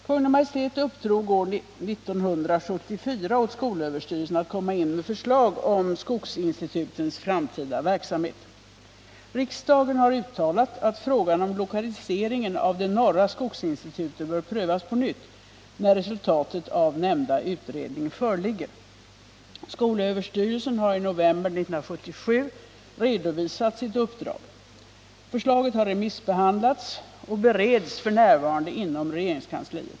Kungl. Maj:t uppdrog år 1974 åt skolöverstyrelsen att komma in med förslag om skogsinstitutens framtida verksamhet. Riksdagen har uttalat att frågan om lokaliseringen av det norra skogsinstitutet bör prövas på nytt, när resultatet av nämnda utredning föreligger. Skolöverstyrelsen har i november 1977 redovisat sitt uppdrag. Förslaget har remissbehandlats och bereds f. n. inom regeringskansliet.